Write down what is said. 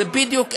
זה בדיוק,